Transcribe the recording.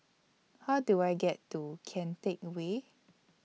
How Do I get to Kian Teck Way